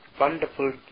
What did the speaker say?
wonderful